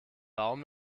baum